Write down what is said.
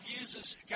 uses